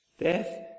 Death